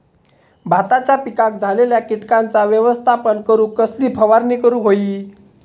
भाताच्या पिकांक झालेल्या किटकांचा व्यवस्थापन करूक कसली फवारणी करूक होई?